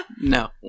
No